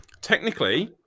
technically